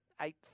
eight